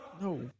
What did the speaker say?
No